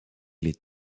les